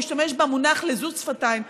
הוא השתמש במונח לזות שפתיים.